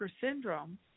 syndrome